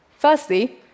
Firstly